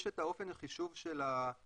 יש את אופן החישוב של ההיטל.